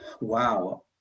wow